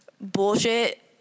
bullshit